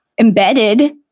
embedded